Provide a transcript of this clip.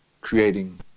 creating